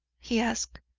he asked.